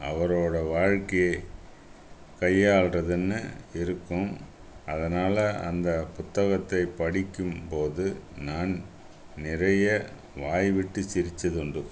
அவரோட வாழ்க்கையை கையாளுறதுன்னு இருக்கும் அதனால் அந்த புத்தகத்தை படிக்கும் போது நான் நிறைய வாய்விட்டு சிரிச்சதுண்டு